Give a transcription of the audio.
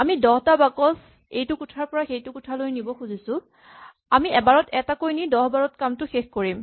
আমি ১০ টা বাকচ এইটো কোঠাৰ পৰা সেইটো কোঠালৈ নিব খুজিছো আমি এবাৰত এটাকৈ নি দহ বাৰত কামটো শেষ কৰিম